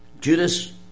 Judas